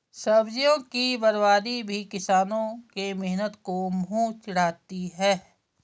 सब्जियों की बर्बादी भी किसानों के मेहनत को मुँह चिढ़ाती है